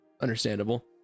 Understandable